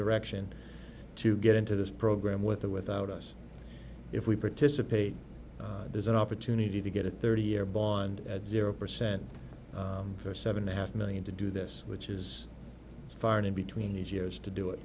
direction to get into this program with or without us if we participate there's an opportunity to get a thirty year bond at zero percent for seven a half million to do this which is foreign in between these years to do it